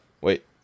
Wait